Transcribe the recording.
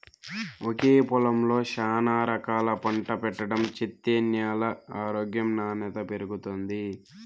ఒకే పొలంలో శానా రకాలు పంట పెట్టడం చేత్తే న్యాల ఆరోగ్యం నాణ్యత పెరుగుతుంది